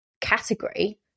category